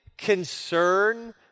Concern